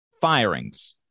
firings